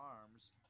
arms